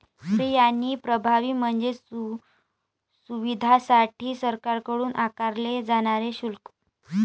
fee आणि प्रभावी म्हणजे सुविधांसाठी सरकारकडून आकारले जाणारे शुल्क